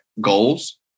goals